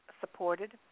supported